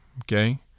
okay